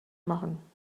machen